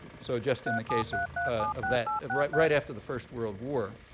so just in the case of of that, right right after the first world war,